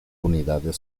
unidades